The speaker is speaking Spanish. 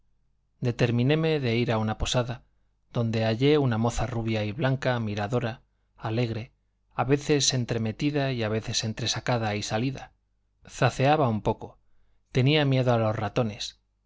seguir determinéme de ir a una posada donde hallé una moza rubia y blanca miradora alegre a veces entremetida y a veces entresacada y salida zaceaba un poco tenía miedo a los ratones